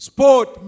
Sport